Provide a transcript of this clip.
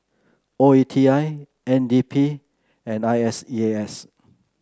O E T I N D P and I S E A S